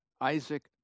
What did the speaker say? Isaac